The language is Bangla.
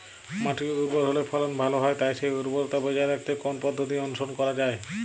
মাটি উর্বর হলে ফলন ভালো হয় তাই সেই উর্বরতা বজায় রাখতে কোন পদ্ধতি অনুসরণ করা যায়?